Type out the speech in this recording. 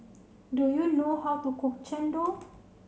do you know how to cook Chendol